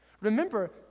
remember